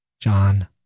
John